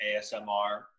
ASMR